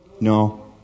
No